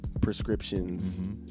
prescriptions